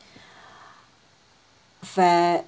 f~ at